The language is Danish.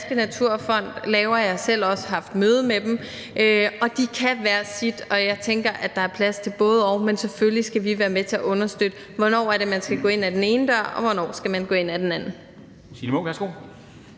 Danske Naturfond laver, og jeg har også selv haft møde med dem. Og de to fonde kan hver deres, og jeg tænker, at der er plads til både-og. Men selvfølgelig skal vi være med til at understøtte kommunikationen, i forhold til hvornår man skal gå ind ad den ene dør, og hvornår man skal gå ind ad den anden.